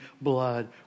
blood